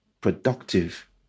productive